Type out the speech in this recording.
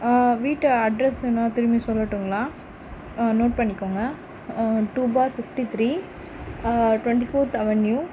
வீட்டு அட்ரஸ் வேணா திரும்பி சொல்லட்டுங்களா நோட் பண்ணிக்கோங்க two four fifty three twenty fourth avenue